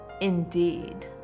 indeed